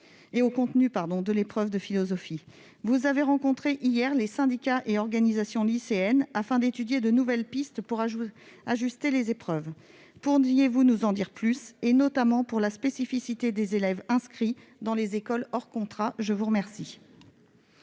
et au contenu de l'épreuve de philosophie. Vous avez rencontré hier les syndicats et les organisations lycéennes, afin d'étudier de nouvelles pistes pour ajuster les épreuves. Pourriez-vous nous en dire plus ? En particulier, des élèves inscrits dans les écoles hors contrats ? La parole